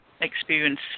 experience